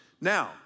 Now